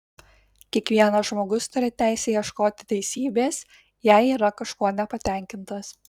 kiekvienas žmogus turi teisę ieškoti teisybės jei yra kažkuo nepatenkintas